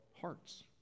hearts